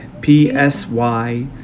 P-S-Y